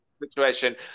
situation